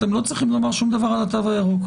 אתם לא צריכים לומר שום דבר על התו הירוק.